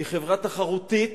היא חברה תחרותית,